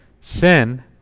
Sin